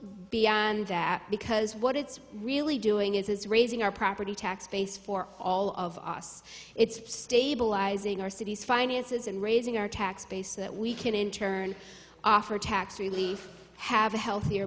beyond that because what it's really doing is raising our property tax base for all of us it's stabilizing our city's finances and raising our tax base that we can in turn offer tax relief have a healthier